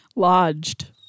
Lodged